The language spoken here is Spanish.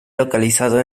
localizado